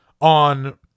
on